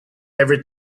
ever